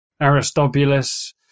Aristobulus